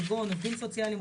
כגון עובדים סוציאליים,